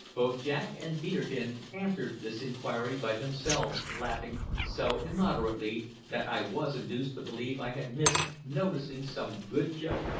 both jack and peterkin answered this inquiry by themselves laughing so immoderately that i was induced to believe i had missed noticing some good joke,